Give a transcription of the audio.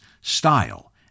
style